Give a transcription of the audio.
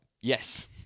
Yes